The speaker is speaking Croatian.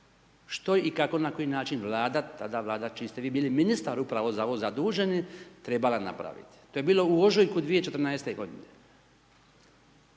što i kako na koji način Vlada, tada Vlada, čiji ste vi bili ministar upravo za ovo zadužen trebala napraviti. To je bilo u ožujku 2014. Tamo